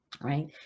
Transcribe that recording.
right